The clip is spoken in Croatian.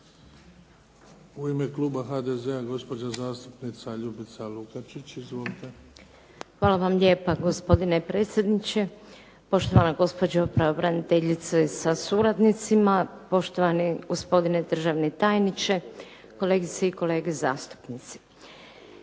U ime kluba HDZ-a, gospođa zastupnica Ljubica Lukačić. Izvolite. **Lukačić, Ljubica (HDZ)** Hvala vam lijepa gospodine predsjedniče, poštovana gospođo pravobraniteljica sa suradnicima, poštovani gospodine državni tajniče, kolegice i kolege zastupnici.